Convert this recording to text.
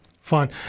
Fine